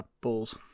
balls